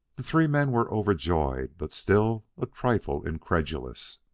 the three men were overjoyed, but still a trifle incredulous.